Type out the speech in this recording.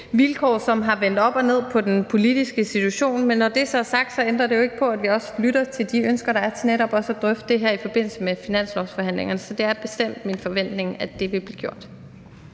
som har vendt op og ned på den politiske situation. Men når det så er sagt, ændrer det jo ikke på, at vi også lytter til de ønsker, der er til netop også at drøfte det her i forbindelse med finanslovsforhandlingerne, og det er bestemt min forventning, at det vil blive gjort.